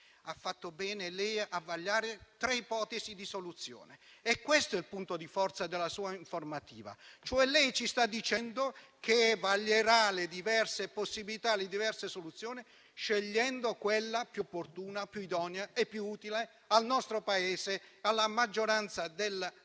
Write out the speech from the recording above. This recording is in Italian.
Ha fatto bene lei a vagliare tre ipotesi di soluzione e questo è il punto di forza della sua informativa: lei ci sta dicendo che vaglierà le diverse possibilità e le diverse soluzioni, scegliendo quella più opportuna, più idonea e più utile al nostro Paese, alla maggioranza degli